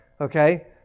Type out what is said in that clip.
Okay